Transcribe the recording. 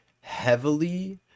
heavily